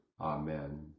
Amen